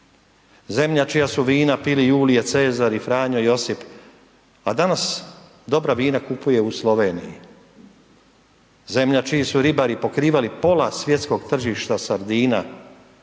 Zemlja čija su vina pili Julije Cezar i Franjo Josip, a danas dobra vina kupuje u Sloveniji. Zemlja čiji su ribari pokrivali pola svjetskog tržišta sardina,